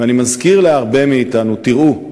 ואני מזכיר להרבה מאתנו: תראו,